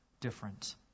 different